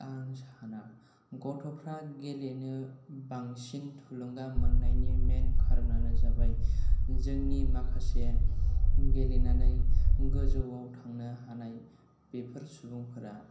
आं साना गथ'फ्रा गेलेनो बांसिन थुलुंगा मोननायनि मेन खार'नानो जाबाय जोंनि माखासे गेलेनानै गोजौवाव थांनो हानाय बेफोर सुबुंफोरा